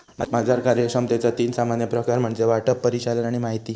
बाजार कार्यक्षमतेचा तीन सामान्य प्रकार म्हणजे वाटप, परिचालन आणि माहिती